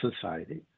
society